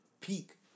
peak